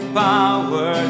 power